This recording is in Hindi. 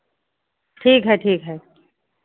ठीक है ठीक है